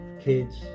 kids